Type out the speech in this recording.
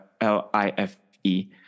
L-I-F-E